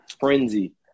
frenzy